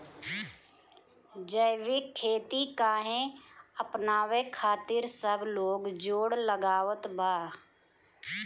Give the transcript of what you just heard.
जैविक खेती काहे अपनावे खातिर सब लोग जोड़ लगावत बा?